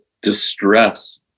distress